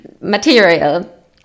material